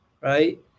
right